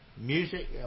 music